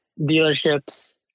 dealerships